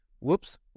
whoops